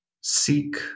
seek